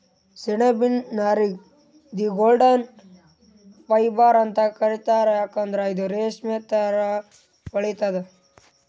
ಸೆಣಬಿನ್ ನಾರಿಗ್ the golden fibre ಅಂತ್ ಕರಿತಾರ್ ಯಾಕಂದ್ರ್ ಇದು ರೇಶ್ಮಿ ಥರಾ ಹೊಳಿತದ್